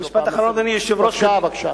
דקה, בבקשה.